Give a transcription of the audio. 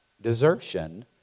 desertion